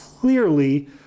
Clearly